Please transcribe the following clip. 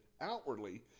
outwardly